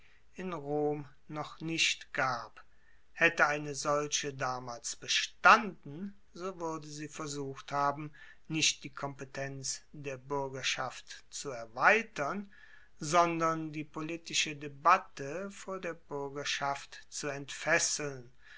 in rom noch nicht gab haette eine solche damals bestanden so wuerde sie versucht haben nicht die kompetenz der buergerschaft zu erweitern sondern die politische debatte vor der buergerschaft zu entfesseln